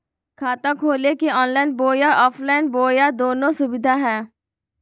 खाता खोले के ऑनलाइन बोया ऑफलाइन बोया दोनो सुविधा है?